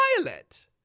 Violet